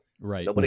Right